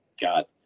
got